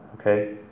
Okay